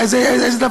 איזה דבר,